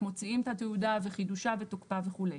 מוציאים את התעודה וחידושה ותוקפה וכו'.